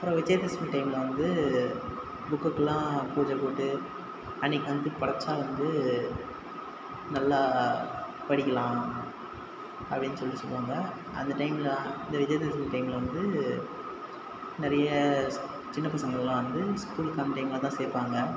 அப்புறம் விஜயதசமி டைமில் வந்து புக்குகெல்லா பூஜை போட்டு அன்றைக்கி வந்துட்டு படிச்சா வந்து நல்லா படிக்கலாம் அப்படின்னு சொல்லி சொல்லுவாங்க அந்த டைமில் அந்த விஜயதசமி டைமில் வந்து நிறைய ஸ் சின்ன பசங்களுக்குலா வந்து ஸ்கூலுக்கு அந்த டைமில் தான் சேர்ப்பாங்க